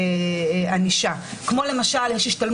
אני רוצה להאיר